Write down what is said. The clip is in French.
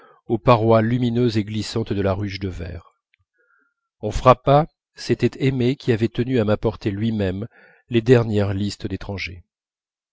aux parois lumineuses et glissantes de la ruche de verre on frappa c'était aimé qui avait tenu à m'apporter lui-même les dernières listes